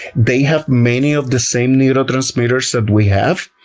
they have many of the same neurotransmitters that we have.